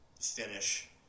finish